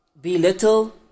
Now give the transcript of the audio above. belittle